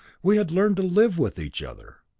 we had learned to live with each other.